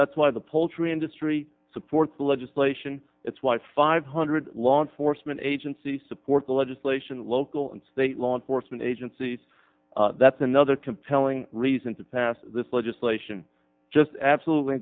that's why the poultry industry supports the legislation that's why five hundred law enforcement agencies support the legislation local and state law enforcement agencies that's another compelling reason to pass this legislation just absolutely